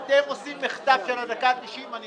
יש עוד מן אפשרות ללכת לשר הפנים,